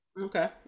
Okay